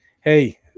Hey